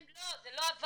לא, זה לא עבר.